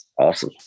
Awesome